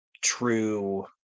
true